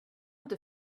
inte